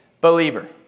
believer